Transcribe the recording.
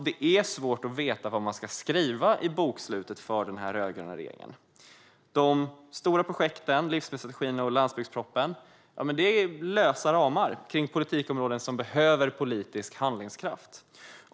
Det är svårt att veta vad man ska skriva i bokslutet för den rödgröna regeringen. De stora projekten - livsmedelsstrategin och landsbygdspropositionen - är lösa ramar kring politikområden som behöver politisk handlingskraft.